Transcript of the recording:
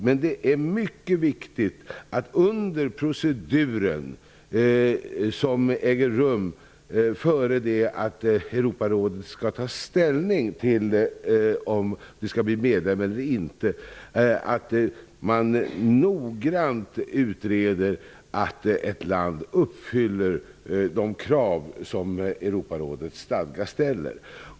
Men det är mycket viktigt att man, under den procedur som äger rum innan Europarådet tar ställning till om landet skall bli medlem eller inte, noggrant utreder att landet uppfyller de krav som Europarådet ställer.